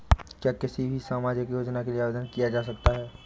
क्या किसी भी सामाजिक योजना के लिए आवेदन किया जा सकता है?